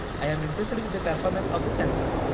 i am impressed with the performance of the sensor,